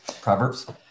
Proverbs